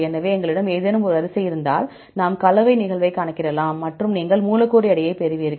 எனவே எங்களிடம் ஏதேனும் வரிசை இருந்தால் நாம் கலவை நிகழ்வைக் கணக்கிடலாம் மற்றும் நீங்கள் மூலக்கூறு எடையைப் பெறுவீர்கள்